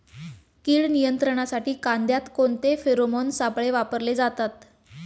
कीड नियंत्रणासाठी कांद्यात कोणते फेरोमोन सापळे वापरले जातात?